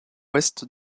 ouest